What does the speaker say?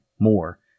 more